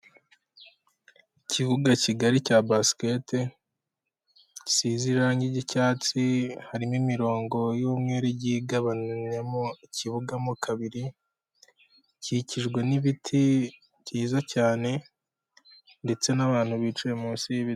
Ikibuga kigari cya basikete, gisize irangi ry'icyatsi, harimo imirongo y'umweru rgabanyamo ikibugamo kabiri, ikikijwe n'ibiti byiza cyane, ndetse n'abantu bicaye munsi y'ibiti.